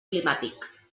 climàtic